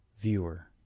Viewer